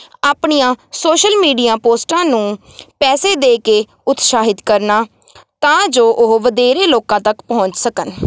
ਆਪਣੀਆਂ social media ਪੋਸਟਾਂ ਨੂੰ ਪੈਸੇ ਦੇ ਕੇ ਉਤਸ਼ਾਹਿਤ ਕਰਨਾ ਤਾਂ ਜੋ ਉਹ ਵਧੇਰੇ ਲੋਕਾਂ ਤੱਕ ਪਹੁੰਚ ਸਕਣ